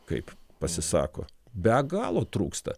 kaip pasisako be galo trūksta